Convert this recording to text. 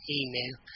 email